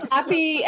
Happy